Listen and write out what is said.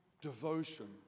devotion